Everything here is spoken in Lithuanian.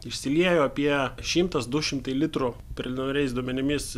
išsiliejo apie šimtas du šimtai litrų preliminariais duomenimis